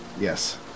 Yes